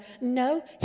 No